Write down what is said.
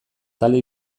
talde